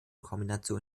kombination